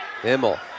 Immel